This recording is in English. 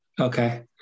Okay